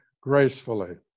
gracefully